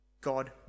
God